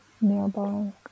Nearby